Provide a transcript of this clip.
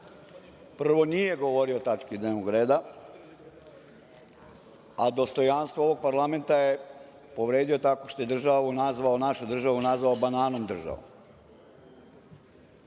Prvo, nije govorio o tački dnevnog reda a dostojanstvo ovog parlamenta je povredio tako što je državu našu državu nazvao „banana“ državom.